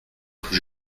plus